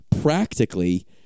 practically